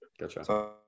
Gotcha